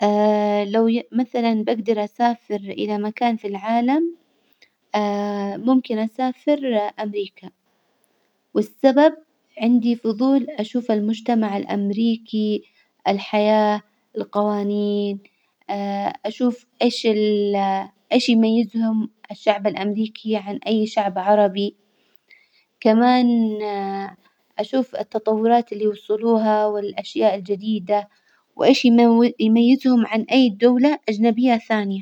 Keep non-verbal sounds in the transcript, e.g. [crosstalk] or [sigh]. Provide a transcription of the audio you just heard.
لو ي- مثلا بأجدر أسافر إلى مكان في العالم [hesitation] ممكن أسافر أمريكا، والسبب عندي فضول أشوف المجتمع الأمريكي، الحياة، القوانين [hesitation] أشوف إيش ال- إيش يميزهم الشعب الأمريكي عن أي شعب عربي، كمان [hesitation] أشوف التطورات اللي وصلوها والأشياء الجديدة، وإيش يمو- يميزهم عن أي دولة أجنبية ثانية.